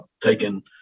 taken